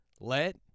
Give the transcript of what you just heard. Let